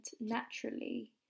naturally